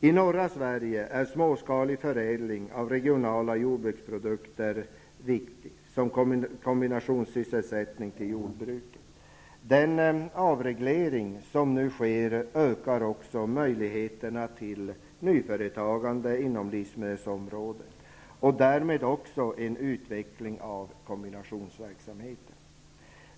I norra Sverige är småskalig förädling av regionala jordbruksprodukter viktig som kombinationssysselsättning till jordbruket. Den avreglering som nu sker ökar också möjligheterna till nyföretagande inom livsmedelsområdet och därmed också en utveckling av kombinationsverksamheten.